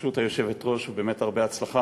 ברשות היושבת-ראש, באמת הרבה הצלחה.